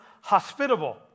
hospitable